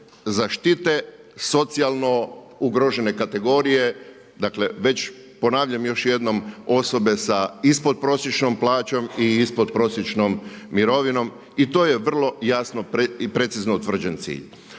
zaštite socijalno ugrožene kategorije, dakle već, ponavljam još jednom osobe sa ispodprosječnom plaćom i ispodprosječnom mirovinom i to je vrlo jasno i precizno utvrđen cilj.